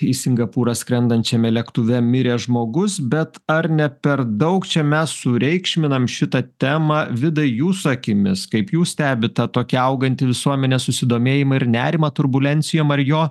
į singapūrą skrendančiame lėktuve mirė žmogus bet ar ne per daug čia mes sureikšminam šitą temą vidai jūsų akimis kaip jūs stebit tą tokį augantį visuomenės susidomėjimą ir nerimą turbulencijom ar jo